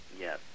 Yes